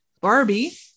Barbie